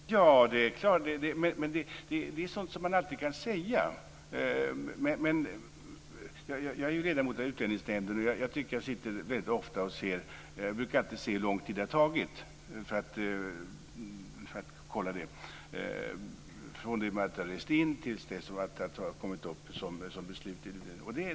Fru talman! Det är klart, det är sådant som man alltid kan säga. Jag är ledamot av Utlänningsnämnden, och jag brukar alltid se efter hur lång tid ett ärende har tagit från det att en person har rest in i landet till dess det har fattats ett beslut i nämnden.